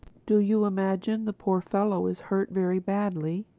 do you imagine the poor fellow is hurt very badly?